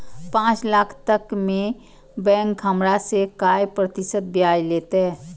पाँच लाख तक में बैंक हमरा से काय प्रतिशत ब्याज लेते?